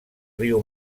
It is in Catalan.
riu